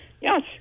Yes